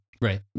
Right